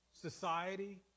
society